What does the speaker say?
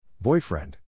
Boyfriend